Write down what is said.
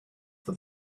for